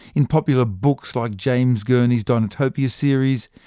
in popular books like james gurney's dinotopia series,